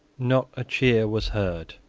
not a cheer was heard.